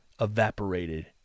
evaporated